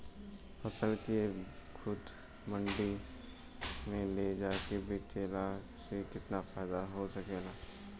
फसल के खुद मंडी में ले जाके बेचला से कितना फायदा हो सकेला?